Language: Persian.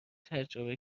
تجربه